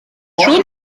schon